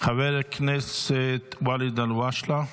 חבר הכנסת ואליד אלהואשלה,